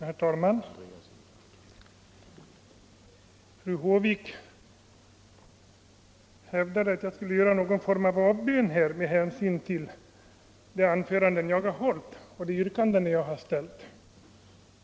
Herr talman! Fru Håvik hävdade att jag borde göra någon form av avbön här med hänsyn till de anföranden som jag har hållit och de yrkanden som jag har ställt.